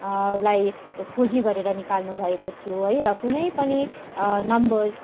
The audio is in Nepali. लाई खोजी गरेर निकाल्नु भएको थियो र कुनै पनि नम्बरस्